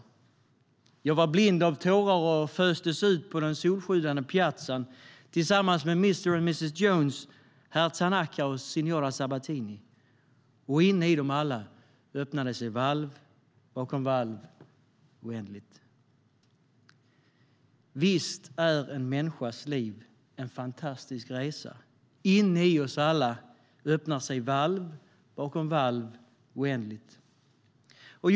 "Jag var blind av tåraroch föstes ut på den solsjudande piazzantillsammans med Mr och Mrs Jones, Herr Tanaka och Signora Sabatinioch inne i dem alla öppnade sig valv bakom valv oändligt. Visst är en människas liv en fantastisk resa. Inne i oss alla öppnar sig valv bakom valv oändligt.